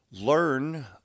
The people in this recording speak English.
learn